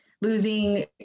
losing